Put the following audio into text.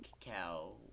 Cow